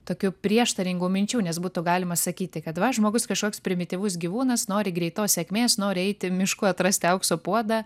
tokių prieštaringų minčių nes būtų galima sakyti kad va žmogus kažkoks primityvus gyvūnas nori greitos sėkmės nori eiti mišku atrasti aukso puodą